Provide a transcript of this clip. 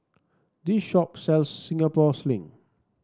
this shop sells Singapore Sling